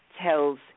tells